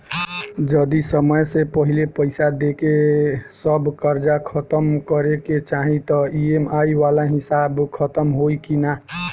जदी समय से पहिले पईसा देके सब कर्जा खतम करे के चाही त ई.एम.आई वाला हिसाब खतम होइकी ना?